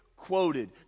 quoted